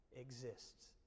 exists